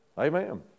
Amen